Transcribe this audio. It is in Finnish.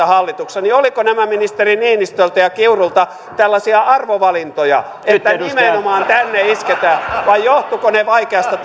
hallituksessa niin olivatko nämä ministeri niinistöltä ja kiurulta tällaisia arvovalintoja että nimenomaan tänne isketään vai johtuivatko ne vaikeasta